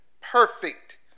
perfect